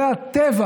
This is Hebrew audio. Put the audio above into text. זה הטבע